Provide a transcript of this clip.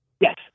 Yes